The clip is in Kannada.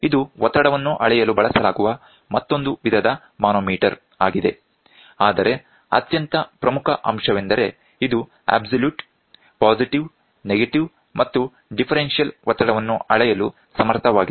ಇದು ಒತ್ತಡವನ್ನು ಅಳೆಯಲು ಬಳಸಲಾಗುವ ಮತ್ತೊಂದು ವಿಧದ ಮಾನೋಮೀಟರ್ ಆಗಿದೆ ಆದರೆ ಅತ್ಯಂತ ಪ್ರಮುಖ ಅಂಶವೆಂದರೆ ಇದು ಅಬ್ಸಲ್ಯೂಟ್ ಪಾಸಿಟಿವ್ ನೆಗೆಟಿವ್ ಮತ್ತು ಡಿಫರೆನ್ಷಿಯಲ್ ಒತ್ತಡವನ್ನು ಅಳೆಯಲು ಸಮರ್ಥವಾಗಿದೆ